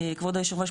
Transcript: כבוד היושב ראש,